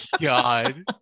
God